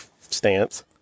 stance